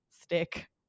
stick